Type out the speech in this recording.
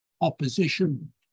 opposition